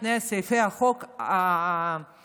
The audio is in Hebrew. שני סעיפי החוק המהותיים,